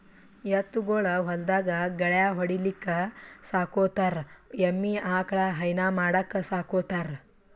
ಎತ್ತ್ ಗೊಳ್ ಹೊಲ್ದಾಗ್ ಗಳ್ಯಾ ಹೊಡಿಲಿಕ್ಕ್ ಸಾಕೋತಾರ್ ಎಮ್ಮಿ ಆಕಳ್ ಹೈನಾ ಮಾಡಕ್ಕ್ ಸಾಕೋತಾರ್